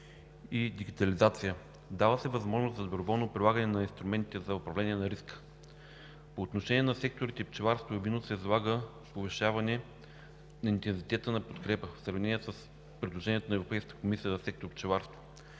и дигитализация. Дава се възможност за доброволно прилагане на инструментите за управление на риска. По отношение на секторите „Пчеларство“ и „Вино“ се залага повишаване интензитета на подкрепа в сравнение с предложението на Европейската комисия в сектор „Пчеларство“,